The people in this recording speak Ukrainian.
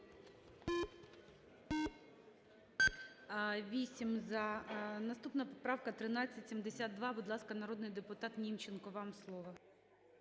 За-8 Наступна поправка 1372. Будь ласка, народний депутат Німченко, вам слово.